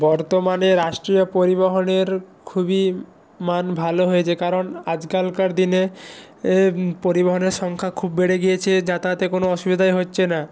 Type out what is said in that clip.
বর্তমানে রাষ্ট্রীয় পরিবহনের খুবই মান ভালো হয়েছে কারণ আজকালকার দিনে এ পরিবহনের সংখ্যা খুব বেড়ে গিয়েছে যাতায়াতে কোনো অসুবিধাই হচ্ছে না